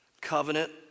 Covenant